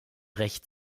recht